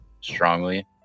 strongly